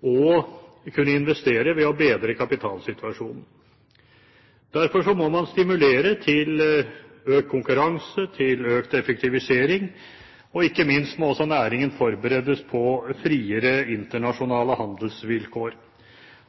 å kunne investere ved å bedre kapitalsituasjonen. Derfor må man stimulere til økt konkurranse og økt effektivisering, og ikke minst må næringen forberedes på friere internasjonale handelsvilkår.